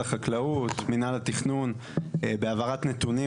החקלאות ומינהל התכנון בהעברת נתונים,